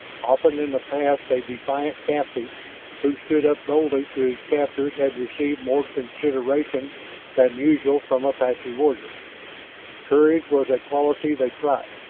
often in the past a defiant captive who stood up boldly to his captors had received more consideration than usual from apache warriors courage was a quality they prized.